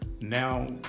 now